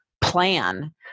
plan